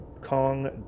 kong